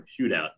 shootout